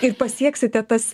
ir pasieksite tas